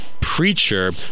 preacher